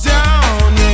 Down